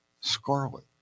Scarlet